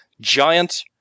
giant